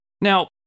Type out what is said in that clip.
Now